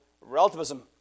relativism